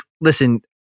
listen